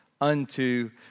unto